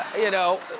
you know?